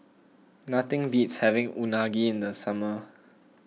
nothing beats having Unagi in the summer